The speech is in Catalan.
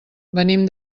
venim